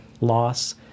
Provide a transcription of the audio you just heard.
loss